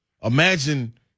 imagine